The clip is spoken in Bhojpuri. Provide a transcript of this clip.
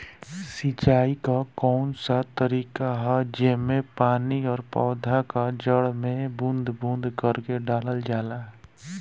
सिंचाई क कउन सा तरीका ह जेम्मे पानी और पौधा क जड़ में बूंद बूंद करके डालल जाला?